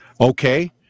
Okay